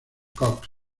cox